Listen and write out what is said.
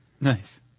Nice